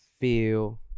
Feel